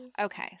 Okay